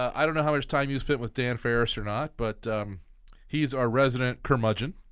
i don't know how much time you spent with dan ferris or not, but he's our resident curmudgeon.